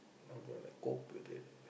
how do I like cope with it